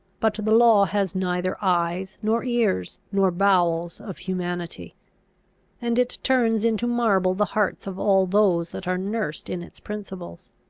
but the law has neither eyes, nor ears, nor bowels of humanity and it turns into marble the hearts of all those that are nursed in its principles.